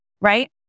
Right